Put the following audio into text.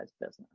business